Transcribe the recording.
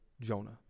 Jonah